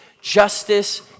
Justice